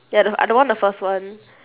ya the I don't want the first one